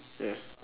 ya